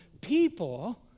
people